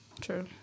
true